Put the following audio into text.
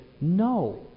no